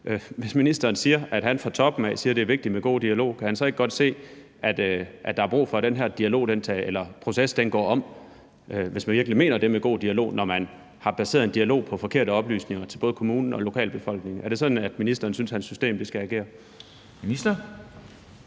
Hvis ministeren fra toppen siger, at det er vigtigt med en god dialog, kan han så ikke godt se, at der er brug for, at den her proces går om, hvis man virkelig mener det med en god dialog, og når man har baseret en dialog på forkerte oplysninger til både kommunen og lokalbefolkningen? Er det sådan, ministeren synes hans system skal agere? Kl.